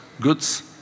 goods